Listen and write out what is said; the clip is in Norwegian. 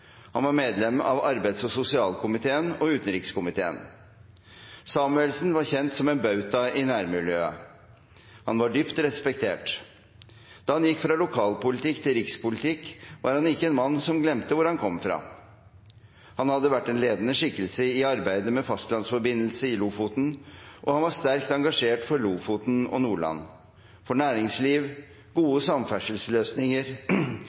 Han var medlem av arbeids- og sosialkomiteen og utenrikskomiteen. Samuelsen var kjent som en bauta i nærmiljøet. Han var dypt respektert. Da han gikk fra lokalpolitikk til rikspolitikk, var han ikke en mann som glemte hvor han kom fra. Han hadde vært en ledende skikkelse i arbeidet med fastlandsforbindelse i Lofoten, og han var sterkt engasjert for Lofoten og Nordland – for næringsliv,